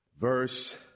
verse